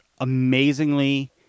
amazingly